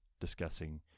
discussing